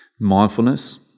mindfulness